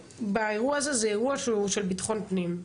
האירוע הזה זה אירוע של ביטחון פנים.